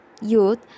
youth